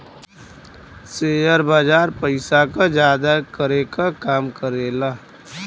share बाजार पइसा क जादा करे क काम करेला